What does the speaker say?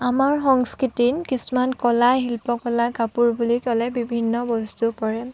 আমাৰ সংস্কৃতিত কিছুমান কলা আৰু শিল্পকলা কাপোৰ বুলি ক'লে বিভিন্ন বস্তু পৰে